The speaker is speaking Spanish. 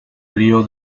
río